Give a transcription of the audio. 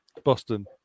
boston